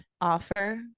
offer